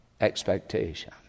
expectation